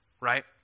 right